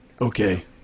Okay